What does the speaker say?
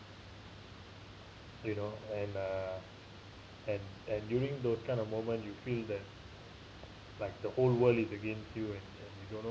you know and uh and and during those kind of moment you feel that like the whole world is against you and uh you don't know